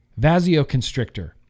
Vasoconstrictor